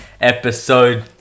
episode